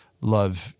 love